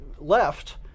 left